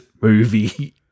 movie